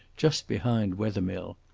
just behind wethermill.